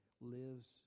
lives